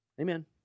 Amen